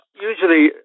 Usually